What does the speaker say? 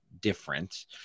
different